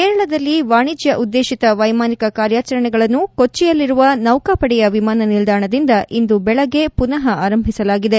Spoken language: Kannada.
ಕೇರಳದಲ್ಲಿ ವಾಣಿಜ್ಯ ಉದ್ದೇಶಿತ ವೈಮಾನಿಕ ಕಾರ್ಯಾಚರಣೆಗಳನ್ನು ಕೊಚ್ಚಿಯಲ್ಲಿರುವ ನೌಕಾಪಡೆಯ ವಿಮಾನ ನಿಲ್ದಾಣದಿಂದ ಇಂದು ಬೆಳಿಗ್ಗೆ ಪುನಃ ಆರಂಭಿಸಲಾಗಿದೆ